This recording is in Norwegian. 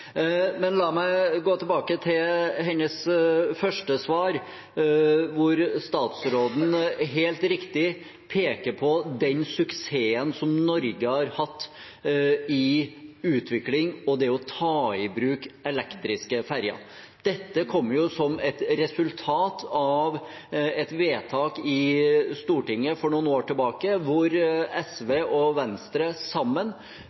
Men la meg gå tilbake til statsrådens første svar, hvor hun helt riktig peker på den suksessen som Norge har hatt i utvikling av og det å ta i bruk elektriske ferjer. Dette kom som et resultat av et vedtak i Stortinget for noen år tilbake, hvor SV og Venstre sammen